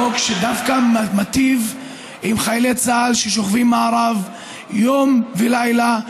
חוק שבא להיטיב עם חיילי צה"ל ששוכבים במארב יום ולילה.